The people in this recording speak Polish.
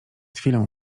chwilą